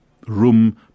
room